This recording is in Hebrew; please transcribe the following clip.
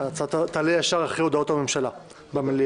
ההצעה תעלה ישר אחרי הודעות הממשלה במליאה.